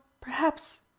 perhaps